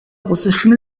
russischen